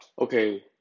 Okay